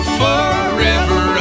forever